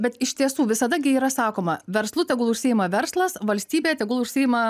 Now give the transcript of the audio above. bet iš tiesų visada gi yra sakoma verslu tegul užsiima verslas valstybė tegul užsiima